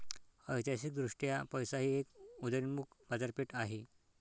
ऐतिहासिकदृष्ट्या पैसा ही एक उदयोन्मुख बाजारपेठ आहे